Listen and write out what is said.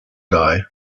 guy